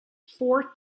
four